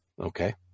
Okay